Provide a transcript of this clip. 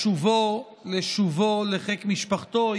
לשובו לחיק משפחתו,